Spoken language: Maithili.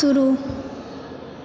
शुरू